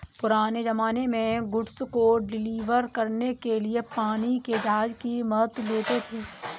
पुराने ज़माने में गुड्स को डिलीवर करने के लिए पानी के जहाज की मदद लेते थे